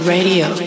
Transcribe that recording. Radio